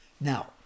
Now